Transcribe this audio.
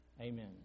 Amen